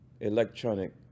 electronic